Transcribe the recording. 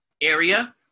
area